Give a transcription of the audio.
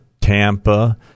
Tampa